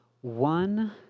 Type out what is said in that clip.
one